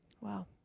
Wow